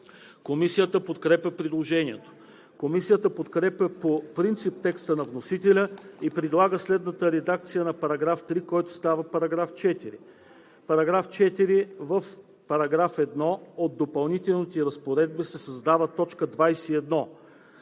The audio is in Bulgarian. Комисията подкрепя предложението. Комисията подкрепя по принцип текста на вносителя и предлага следната редакция на § 3, който става § 4: „§ 4. В § 1 от допълнителните разпоредби се създава т. 21: